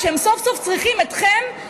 כשהם סוף-סוף צריכים אתכם,